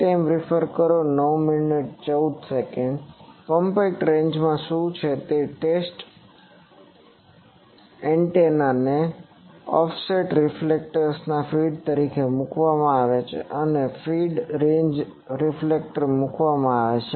compact રેન્જમાં શું છે તે ટેસ્ટ એન્ટેનાને ઓફસેટ રિફ્લેક્ટરના ફીડ તરીકે મૂકવામાં આવે છે અને આ ફીડ રેન્જ રિફ્લેક્ટર પર મૂકવામાં આવે છે